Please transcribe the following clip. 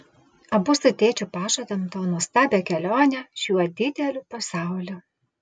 abu su tėčiu pažadam tau nuostabią kelionę šiuo dideliu pasauliu